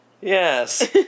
Yes